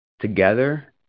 together